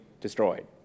destroyed